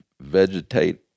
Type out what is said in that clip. vegetate